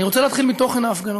אני רוצה להתחיל בתוכן ההפגנות.